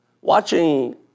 watching